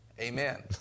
Amen